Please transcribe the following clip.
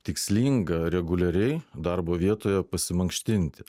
tikslinga reguliariai darbo vietoje pasimankštinti